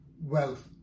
wealth